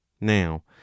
Now